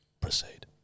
Proceed